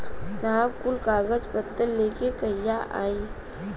साहब कुल कागज पतर लेके कहिया आई?